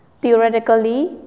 theoretically